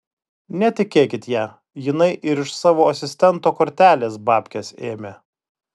netikėkit ja jinai ir iš savo asistento kortelės babkes ėmė